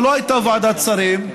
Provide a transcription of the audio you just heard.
לא הייתה ישיבת ועדת שרים,